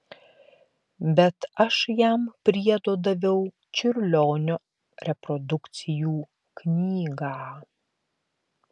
bet aš jam priedo daviau čiurlionio reprodukcijų knygą